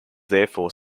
therefore